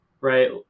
Right